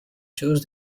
chose